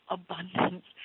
abundance